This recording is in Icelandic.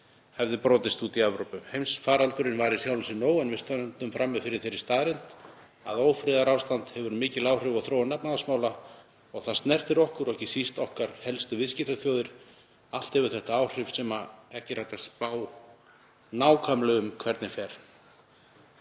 hefði brotist út í Evrópu. Heimsfaraldurinn var í sjálfu sér nóg en við stöndum frammi fyrir þeirri staðreynd að ófriðarástand hefur haft mikil áhrif á þróun efnahagsmála og það snertir okkur og ekki síst helstu viðskiptaþjóðir okkar. Allt hefur þetta áhrif og ekki er hægt að spá nákvæmlega fyrir um hvernig fer.